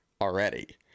already